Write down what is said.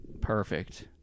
Perfect